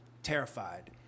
Terrified